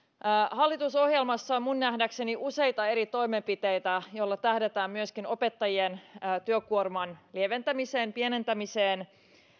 hallitusohjelmassa on minun nähdäkseni useita eri toimenpiteitä joilla tähdätään myöskin opettajien työkuorman lieventämiseen pienentämiseen